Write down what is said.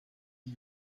die